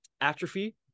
atrophy